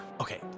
Okay